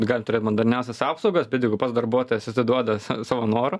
gali turėt moderniausias apsaugas bet jeigu pats darbuotojas atiduoda savo noru